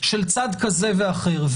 של צד כזה ואחר.